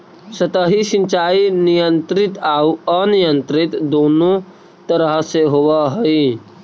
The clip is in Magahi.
सतही सिंचाई नियंत्रित आउ अनियंत्रित दुनों तरह से होवऽ हइ